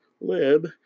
Lib